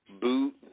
boot